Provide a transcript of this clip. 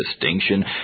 distinction